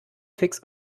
fix